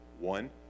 one